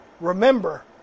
Remember